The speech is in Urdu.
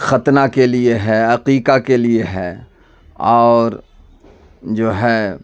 ختنہ کے لیے ہے عقیقہ کے لیے ہے اور جو ہے